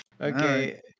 okay